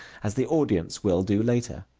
as the audience will do later.